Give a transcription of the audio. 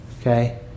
okay